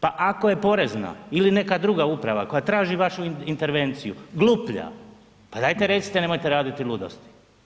Pa ako je porezna ili neka druga uprava koja traži vašu intervenciju gluplja, pa dajte recite nemojte raditi ludosti.